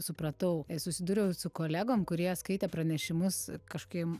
supratau susidūriau su kolegom kurie skaitė pranešimus kažkokiem